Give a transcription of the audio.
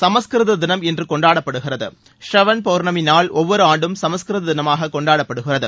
சமஸ்கிருத தினம் இன்று கொண்டாடப்படுகிறது ஷ்ரவண் பௌர்ணமி நாள் ஒவ்வொரு ஆண்டும் சமஸ்கிருத தினமாக கொண்டாடப்படுகிறது